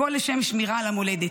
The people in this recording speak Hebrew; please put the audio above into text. הכול לשם שמירה על המולדת.